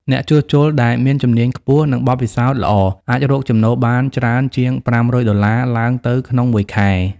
អ្នកជួសជុលដែលមានជំនាញខ្ពស់ និងបទពិសោធន៍ល្អអាចរកចំណូលបានច្រើនជាង ៥០០ ដុល្លារឡើងទៅក្នុងមួយខែ។